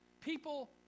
People